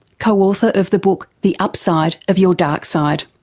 co-author of the book the upside of your dark side.